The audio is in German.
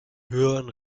hören